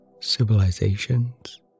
civilizations